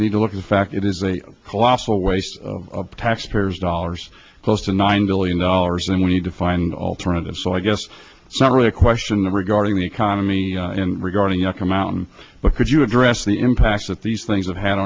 need to look at the fact it is a colossal waste of taxpayers dollars close to nine billion dollars and we need to find alternative so i guess it's not really a question the regarding the economy and regarding yucca mountain but could you address the impact that these things have had